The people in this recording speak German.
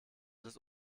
des